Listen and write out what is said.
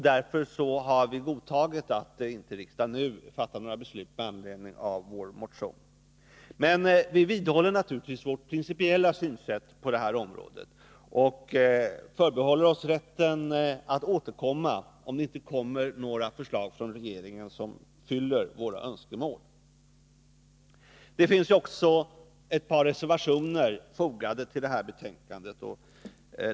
Därför har vi godtagit att riksdagen inte nu fattar några beslut med anledning av vår motion. Men vi vidhåller naturligtvis vårt principiella synsätt på det här området och förbehåller oss rätten att återkomma om det inte kommer några förslag från regeringen som tillgodoser våra önskemål. Det finns också ett par reservationer fogade till detta betänkande.